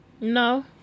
No